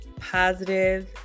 positive